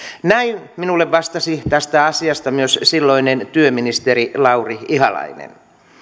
näin minulle vastasi tästä asiasta myös silloinen työministeri lauri ihalainen